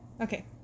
Okay